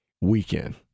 weekend